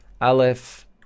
Aleph